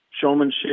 showmanship